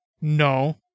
No